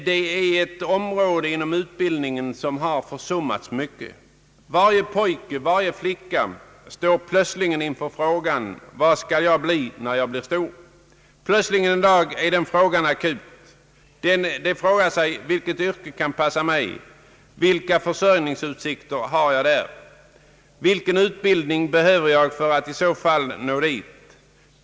Det är ett område inom utbildningen som försummats mycket. Varje pojke och varje flicka står plötsligt inför frågan: Vad skall jag bli när jag blir stor? Plötsligt en dag är den frågan akut. De frågar: Vilket yrke kan passa mig? Vilka försörjningsutsikter har jag i detta yrke? Vilken utbildning behöver jag för att i så fall nå dit?